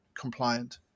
compliant